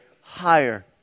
higher